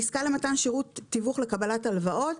עסקה למתן שירות תיווך לקבלת הלוואות.